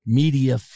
media